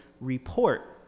report